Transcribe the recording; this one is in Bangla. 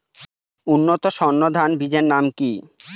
উন্নত সর্ন ধান বীজের নাম কি?